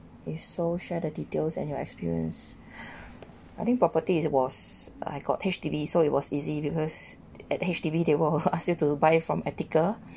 if so share the details and your experience I think property it was I got H_D_B so it was easy because at H_D_B they will ask you to buy from ethical